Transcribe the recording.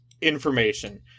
information